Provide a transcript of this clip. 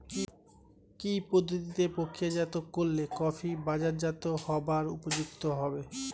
কি পদ্ধতিতে প্রক্রিয়াজাত করলে কফি বাজারজাত হবার উপযুক্ত হবে?